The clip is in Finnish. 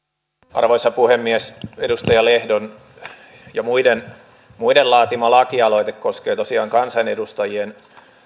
arvoisa puhemies edustaja lehdon ja muiden laatima lakialoite koskee tosiaan kansanedustajien